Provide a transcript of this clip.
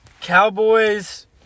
Cowboys